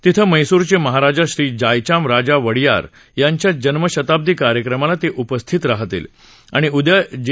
तिथं म्हैसूरचे महाराज श्री जायचाम राजा वडियार यांच्या जन्मशताब्दी कार्यक्रमाला ते उपस्थित राहतील आणि उद्या जे